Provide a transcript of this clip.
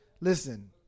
listen